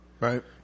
Right